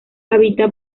habita